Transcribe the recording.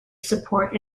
support